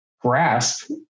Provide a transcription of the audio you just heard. grasp